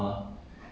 mm